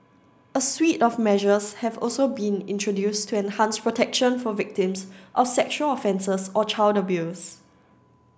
a suite of measures has also been introduced to enhance protection for victims of sexual offences or child abuse